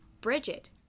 Bridget